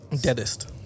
Deadest